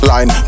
Line